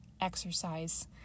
exercise